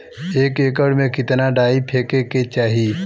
एक एकड़ में कितना डाई फेके के चाही?